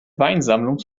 weinsammlung